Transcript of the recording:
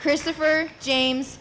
christopher james